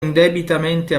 indebitamente